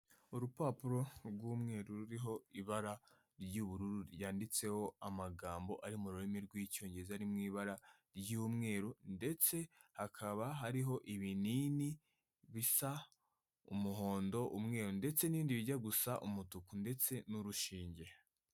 Urupapuro rw'umweru ruriho ibara ry'ubururu ryanditseho amagambo, ari mu rurimi rw'Icyongereza ari mu ibara ry'umweru ndetse hakaba hariho ibinini bisa umuhondo, umweru ndetse n'ibindi bijya gusa umutuku ndetse n'urushinge.